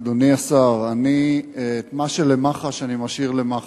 אדוני השר, את מה שלמח"ש אני משאיר למח"ש.